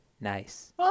Nice